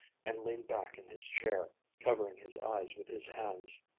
and lean back in his chair, covering his eyes with his hands.